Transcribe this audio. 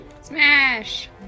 Smash